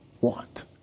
want